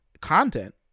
content